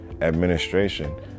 administration